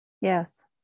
Yes